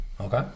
Okay